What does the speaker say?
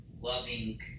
loving